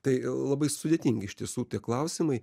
tai labai sudėtingi iš tiesų tie klausimai